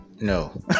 no